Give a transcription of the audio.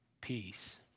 peace